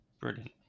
Brilliant